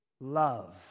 love